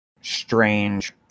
strange